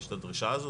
יש את הדרישה הזו,